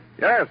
Yes